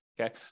Okay